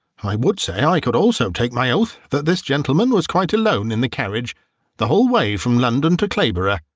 i would say i could also take my oath that this gentlemen was quite alone in the carriage the whole way from london to clayborough.